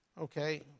Okay